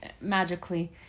magically